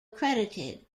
credited